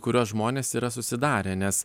kuriuos žmonės yra susidarę nes